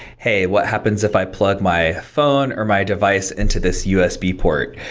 hey, what happens if i plug my phone, or my device into this usb port?